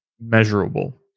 measurable